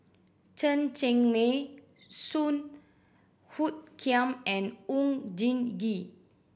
Chen Cheng Mei Song Hoot Kiam and Oon Jin Gee